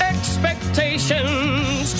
Expectations